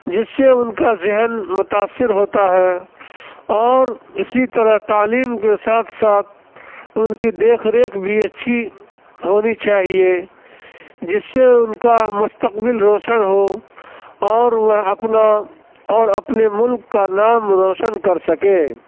جس سے ان کا ذہن متاثر ہوتا ہے اور اسی طرح تعلیم کے ساتھ ساتھ ان کی دیکھ ریکھ بھی اچھی ہونی چاہیے جس سے ان کا مستقبل روشن ہو اور وہ اپنا اور اپنے ملک کا نام روشن کر سکیں